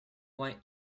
white